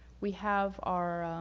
we have our